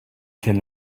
can